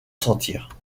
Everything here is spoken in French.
sentir